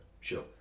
Sure